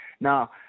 now